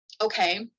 okay